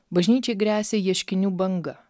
bažnyčiai gresia ieškinių banga